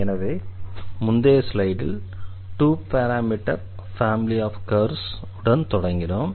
எனவே முந்தைய ஸ்லைடில் 2 பாராமீட்டர் ஃபேமிலி ஆஃப் கர்வ்ஸ் உடன் தொடங்கினோம்